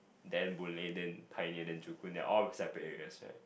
then Boon-Lay then Pioneer then Joo-Koon they are all separate areas right